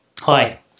Hi